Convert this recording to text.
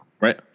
Right